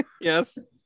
yes